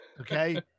okay